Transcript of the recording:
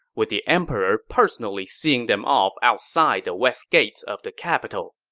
with the emperor personally seeing them off outside the west gates of the capital.